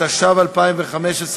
התשע"ו 2015,